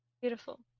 Beautiful